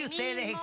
luther,